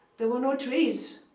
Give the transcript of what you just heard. there were no trees.